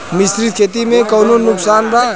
मिश्रित खेती से कौनो नुकसान वा?